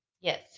Yes